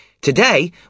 Today